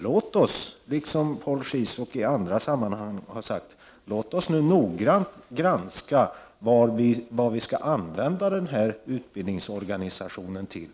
Låt oss, såsom Paul Ciszuk har sagt i andra sammanhang, noggrant granska utbildningsorganisationen och vad vi skall använda den till.